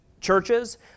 churches